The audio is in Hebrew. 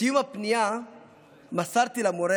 בסיום הפנייה מסרתי למורה